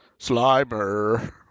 Slimer